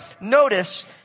notice